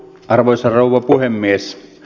arvoisa rouva puhemies